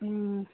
ꯎꯝ